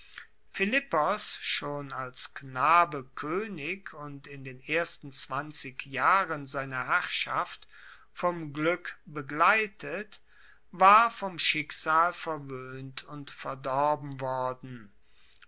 philippos schon als knabe koenig und in den ersten zwanzig jahren seiner herrschaft vom glueck begleitet war vom schicksal verwoehnt und verdorben worden